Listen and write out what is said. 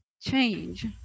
change